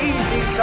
Easy